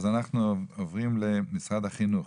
אז אנחנו עוברים למשרד החינוך.